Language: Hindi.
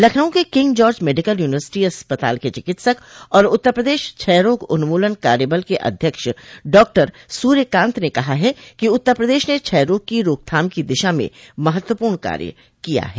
लखनऊ के किंग जॉर्ज मेडिकल यूनिवसिटी अस्पताल के चिकित्सक और उत्तर प्रदेश क्षयरोग उन्मूलन कार्यबल के अध्यक्ष डॉक्टर सूर्यकांत ने कहा है कि उत्तर प्रदेश ने क्षयरोग की रोकथाम की दिशा में महत्वपूर्ण कार्य किया है